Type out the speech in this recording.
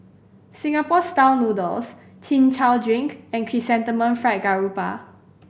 Singapore Style Noodles Chin Chow drink and Chrysanthemum Fried Garoupa